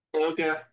Okay